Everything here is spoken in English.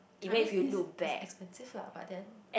I mean is is expensive lah but then